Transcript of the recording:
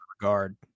regard